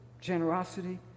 generosity